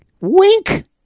wink